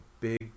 big